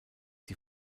die